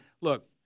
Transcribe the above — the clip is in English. look